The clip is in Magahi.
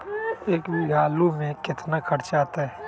एक बीघा आलू में केतना खर्चा अतै?